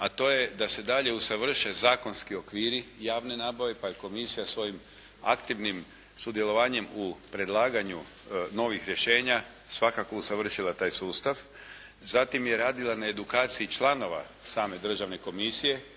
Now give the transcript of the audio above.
a to je da se dalje usavrše zakonski okviri javne nabave, pa je Komisija svojim aktivnim sudjelovanjem u predlaganju novih rješenja svakako usavršila taj sustav. Zatim je radila na edukaciji članova same Državne komisije